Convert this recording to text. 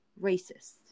racist